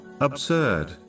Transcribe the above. absurd